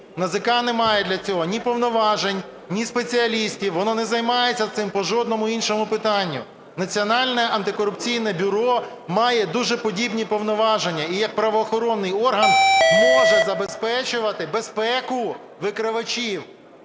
НАЗК не має для цього ні повноважень, ні спеціалістів, воно не займається цим по жодному іншому питанню. Національне антикорупційне бюро має дуже подібні повноваження. І як правоохоронний орган може забезпечувати безпеку викривачів